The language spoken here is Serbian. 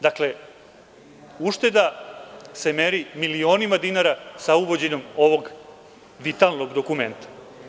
Dakle, ušteda se meri milionima dinarauvođenjem ovog vitalnog dokumenta.